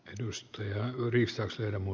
kysymys tulee uudistaakseen emu